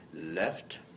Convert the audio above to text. left